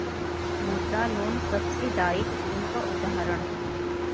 मुद्रा loan subsidized loan क उदाहरण हौ